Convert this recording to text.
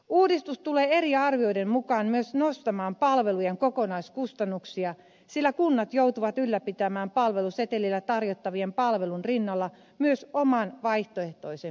uudistus tulee eri arvioiden mukaan myös nostamaan palvelujen kokonaiskustannuksia sillä kunnat joutuvat ylläpitämään palvelusetelillä tarjottavien palvelujen rinnalla myös oman vaihtoehtoisen palvelun